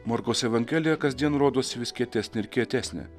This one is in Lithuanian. morkaus evangelija kasdien rodosi vis kietesnė ir kietesnė